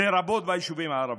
לרבות ביישובים הערביים.